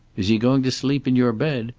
is he going to sleep in your bed?